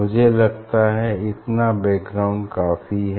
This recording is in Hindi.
मुझे लगता है इतना बैकग्राउंड काफी है